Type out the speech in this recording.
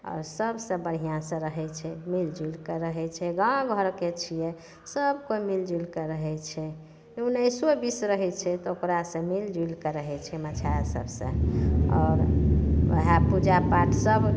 आओर सबसे बढ़िआँसे रहै छै मिलिजुलिके रहै छै गामघरके छिए सब कोइ मिलिजुलिके रहै छै उनैसो बीस रहै छै तऽ ओकरासे मिलिजुलिके रहै छै मछहासभ से आओर वएह पूजा पाठसब